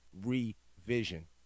revision